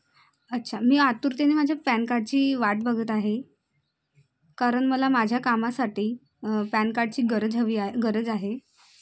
अच्छा मी आतुरतेने माझ्या पॅन कार्डची वाट बघत आहे कारण मला माझ्या कामासाठी पॅन कार्डची गरज हवी आहे गरज आहे